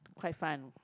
quite fun